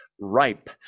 ripe